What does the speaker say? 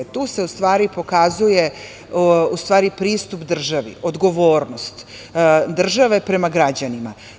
Tu se, u stvari, pokazuje pristup državi, odgovornost države prema građanima.